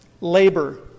labor